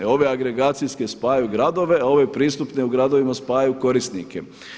Ove agregacijske spajaju gradove, a ove pristupne u gradovima spajaju korisnike.